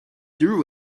threw